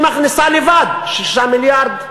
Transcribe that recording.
שמכניסה לבד 6 מיליארד.